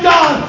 God